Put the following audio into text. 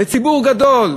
על ציבור גדול,